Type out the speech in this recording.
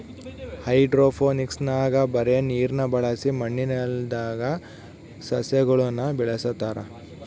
ಹೈಡ್ರೋಫೋನಿಕ್ಸ್ನಾಗ ಬರೇ ನೀರ್ನ ಬಳಸಿ ಮಣ್ಣಿಲ್ಲದಂಗ ಸಸ್ಯಗುಳನ ಬೆಳೆಸತಾರ